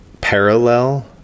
parallel